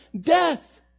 death